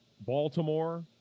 Baltimore